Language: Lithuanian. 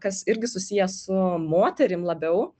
kas irgi susiję su moterim labiau